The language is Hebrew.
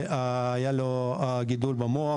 היה יכול להיות פיצוץ שני,